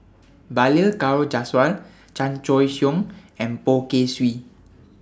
Balli Kaur Jaswal Chan Choy Siong and Poh Kay Swee